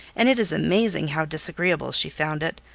and it is amazing how disagreeable she found it.